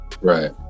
right